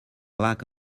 lack